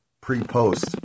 pre-post